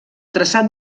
traçat